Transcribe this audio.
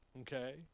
Okay